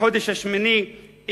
בחודש השמיני,